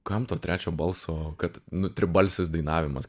kam to trečio balso kad nu tribalsis dainavimas